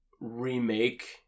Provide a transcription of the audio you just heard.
remake